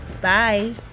Bye